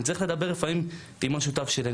אני צריך לדבר לפעמים עם השותף שלי,